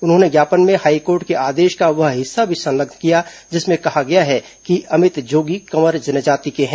उन्होंने ज्ञापन में हाईकोर्ट के आदेश का वह हिस्सा भी संलग्न किया जिसमें कहा गया है कि अमित जोगी कंवर जनजाति के हैं